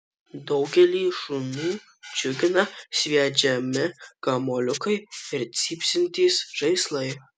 daugelį šunų džiugina sviedžiami kamuoliukai ir cypsintys žaislai